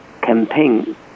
campaign